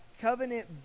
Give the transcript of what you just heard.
covenant